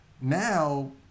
now